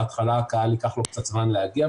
בהתחלה ייקח לקהל קצת זמן להגיע,